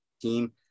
team